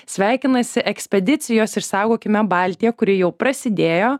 sveikinasi ekspedicijos išsaugokime baltiją kuri jau prasidėjo